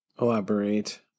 Elaborate